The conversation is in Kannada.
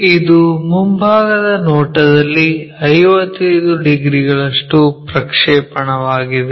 ಇದು ಮುಂಭಾಗದ ನೋಟದಲ್ಲಿ 55 ಡಿಗ್ರಿಗಳಷ್ಟು ಪ್ರಕ್ಷೇಪಣವಾಗಿದೆ